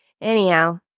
anyhow